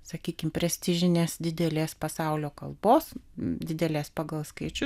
sakykim prestižinės didelės pasaulio kalbos didelės pagal skaičių